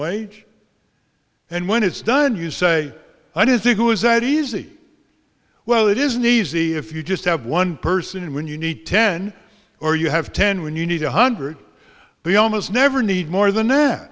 wage and when it's done you say i didn't think it was that easy well it isn't easy if you just have one person and when you need ten or you have ten when you need one hundred the almost never need more than